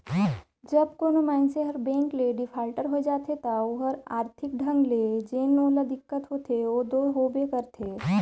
जब कोनो मइनसे हर बेंक ले डिफाल्टर होए जाथे ता ओहर आरथिक ढंग ले जेन ओला दिक्कत होथे ओ दो होबे करथे